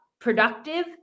productive